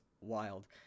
wild